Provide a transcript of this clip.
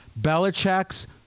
Belichick's